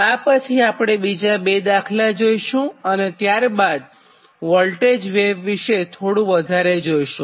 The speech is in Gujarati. આ પછી બીજા બે દાખલા જોઇશું અને ત્યારબાદ વોલ્ટેજ વેવ વિષે થોડું વધારે જોઇશું